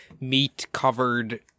meat-covered